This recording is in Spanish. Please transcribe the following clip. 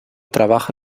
trabaja